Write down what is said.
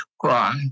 cry